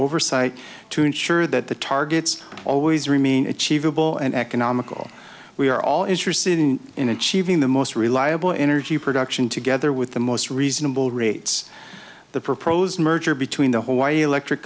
oversight to ensure that the targets always remain achievable and economical we are all interested in in achieving the most reliable energy production together with the most reasonable rates the proposed merger between the hawaii electric